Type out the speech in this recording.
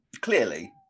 clearly